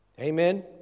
Amen